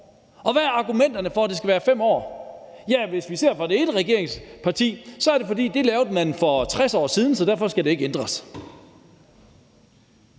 år. Hvad er argumenterne for, at det skal være 5 år? Ja, hvis vi ser på det ene regeringsparti, er det, fordi det gjorde man for 60 år siden, så derfor skal det ikke ændres.